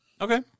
Okay